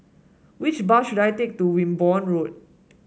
which bus should I take to Wimborne Road